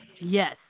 Yes